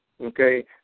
Okay